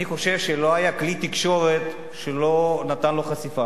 אני חושב שלא היה כלי תקשורת שלא נתן לו חשיפה.